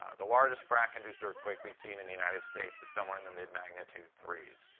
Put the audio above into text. the largest frac-induced earthquake we've seen in the united states is somewhere in the mid-magnitude three s.